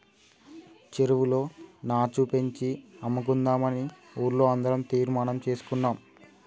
చెరువులో నాచు పెంచి అమ్ముకుందామని ఊర్లో అందరం తీర్మానం చేసుకున్నాం